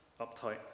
uptight